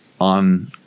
on